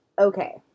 Okay